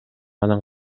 анан